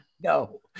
no